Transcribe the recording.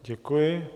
Děkuji.